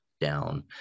down